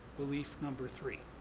belief number three.